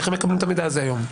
איך הם מקבלים את המידע הזה היום?